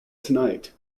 tonight